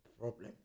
problem